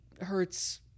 hurts